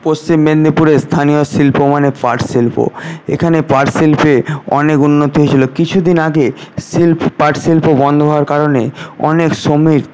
পশ্চিম মেদিনীপুরে স্থানীয় শিল্প মানে পাট শিল্প এখানে পাট শিল্পে অনেক উন্নতি হয়েছিল কিছুদিন আগে শিল্প পাট শিল্প বন্ধ হওয়ার কারণে অনেক শ্রমিক